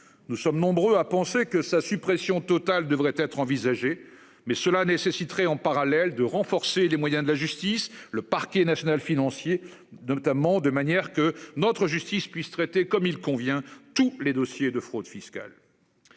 Nous sommes nombreux à penser que sa suppression totale devrait être envisagée mais cela nécessiterait en parallèle de renforcer les moyens de la justice, le parquet national financier. Notamment de manière que notre justice puisse traiter comme il convient. Tous les dossiers de fraude fiscale.